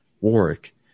Warwick